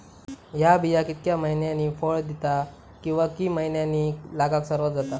हया बिया कितक्या मैन्यानी फळ दिता कीवा की मैन्यानी लागाक सर्वात जाता?